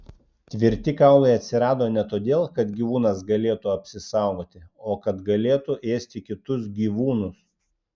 tvirti kaulai atsirado ne todėl kad gyvūnas galėtų apsisaugoti o kad galėtų ėsti kitus gyvūnus